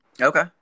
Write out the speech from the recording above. Okay